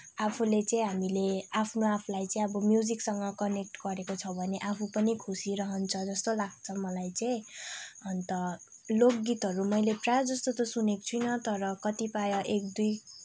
आफूले चाहिँ हामीले आफ्नो आफलाई चाहिँ अब म्युजिकसँग चाहिँ कनेक्ट गरेको छ भने आफू पनि खुसी रहन्छ जस्तो लाग्छ मलाई चाहिंँ अन्त लोकगीतहरू मैले प्रायः जस्तो सुनेको छुइनँ तर कतिपय एक दुई